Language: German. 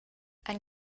ein